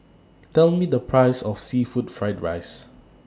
Tell Me The Price of Seafood Fried Rice